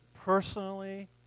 personally